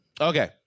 Okay